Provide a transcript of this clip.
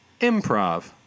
Improv